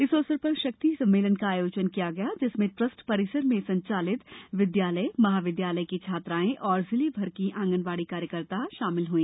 इस अवसर पर शक्ति सम्मेलन को आयोजन किया गया जिसमें ट्रस्ट परिसर में संचालित विद्यालय महाविद्यालय की छात्राएं और जिलेभर की आंगनवाड़ी कार्यकर्ता सम्मिलित हुई